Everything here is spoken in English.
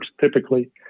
typically